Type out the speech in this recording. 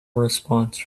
response